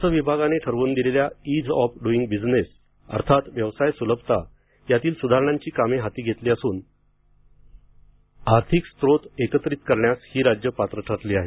खर्च विभागाने ठरवून दिलेल्या इझ ऑफ़ डूइंग बिझनेस अर्थात व्यवसाय सुलभता यातील सुधारणांची कामे हाती घेतली असून अतिरिक्त आर्थिक स्रोत एकत्रित करण्यास ही राज्ये पात्र ठरली आहेत